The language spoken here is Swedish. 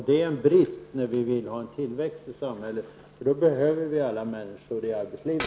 Det är en brist, när vi vill ha tillväxt i samhället, för då behöver vi alla människor i arbete.